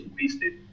wasted